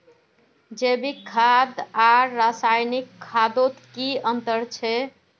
जैविक खाद आर रासायनिक खादोत की अंतर छे?